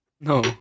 No